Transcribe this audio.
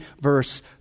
verse